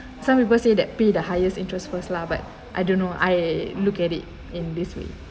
some people say that pay the highest interest first lah but I don't know I look at it in this way